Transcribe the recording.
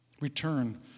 return